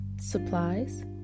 supplies